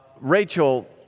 Rachel